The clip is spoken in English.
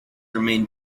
remain